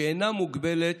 שאינה מוגבלת